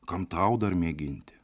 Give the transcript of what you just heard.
kam tau dar mėginti